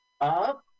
Up